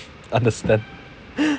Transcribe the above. understand